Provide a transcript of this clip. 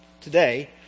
today